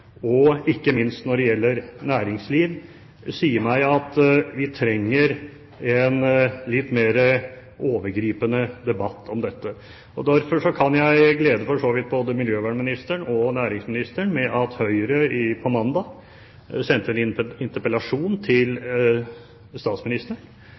og ikke minst når det gjelder næringsliv, sier meg at vi trenger en litt mer overgripende debatt om dette. Derfor kan jeg glede for så vidt både miljøvernministeren og næringsministeren med at Høyre på mandag sendte en